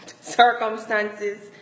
circumstances